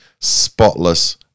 spotless